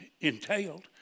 entailed